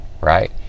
right